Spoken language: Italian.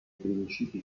principi